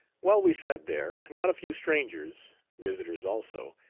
while we sat there not a few strangers, visitors also,